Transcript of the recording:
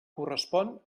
correspon